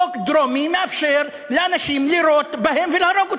חוק דרומי מאפשר לאנשים לירות בהם ולהרוג אותם,